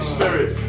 Spirit